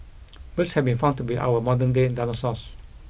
birds have been found to be our modern day dinosaurs